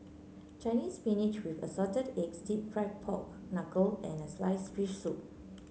Chinese Spinach with Assorted Eggs deep fried Pork Knuckle and sliced fish soup